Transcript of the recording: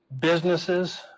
businesses